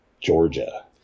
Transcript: Georgia